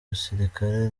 gisirikare